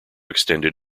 extended